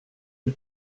une